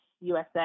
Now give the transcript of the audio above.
USA